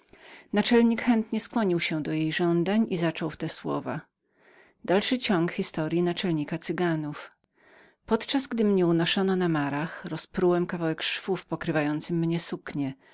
naczelnik chętnie skłonił się do jej żądań i zaczął w te słowa podczas gdy mnie unoszono wydarłem mały otwór w pokrywającem mnie suknie